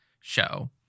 show